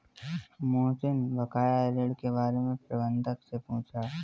मोहनीश बकाया ऋण के बारे में प्रबंधक से पूछा